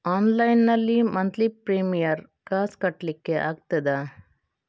Online ನಲ್ಲಿ monthly premier ಕಾಸ್ ಕಟ್ಲಿಕ್ಕೆ ಆಗ್ತದಾ?